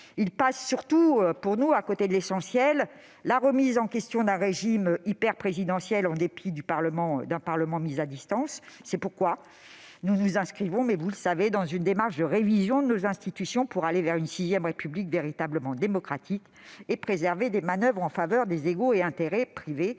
Il passe surtout pour nous à côté de l'essentiel : la remise en question d'un régime hyperprésidentiel, avec un Parlement mis à distance. C'est pourquoi, vous le savez tous, nous nous inscrivons dans une démarche de révision de nos institutions pour aller vers une VI République véritablement démocratique et préservée des manoeuvres au service des ego et intérêts privés.